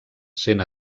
sent